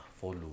Follow